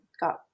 got